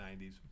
90s